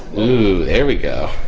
ooh there we go,